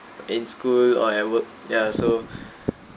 in school or at work ya so